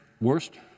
Worst